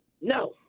No